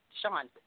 Sean